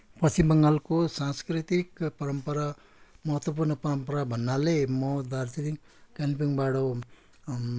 पश्चिम बङ्गालको सांस्कृतिक परम्परा महत्त्वपूर्ण परम्परा भन्नाले म दार्जिलिङ कालिम्पोङबाट